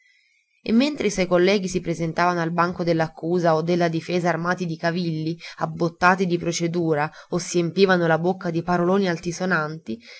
e mentre i suoi colleghi si presentavano al banco dell'accusa o della difesa armati di cavilli abbottati di procedura o si empivano la bocca di paroloni altisonanti